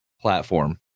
platform